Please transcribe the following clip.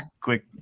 quick